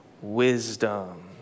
wisdom